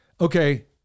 Okay